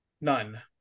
None